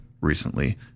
recently